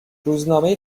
روزنامه